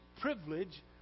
privilege